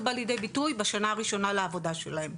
בא לידי ביטוי בשנה הראשונה לעבודה שלהן.